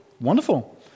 wonderful